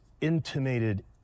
intimated